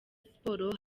siporo